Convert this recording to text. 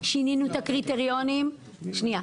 שנייה.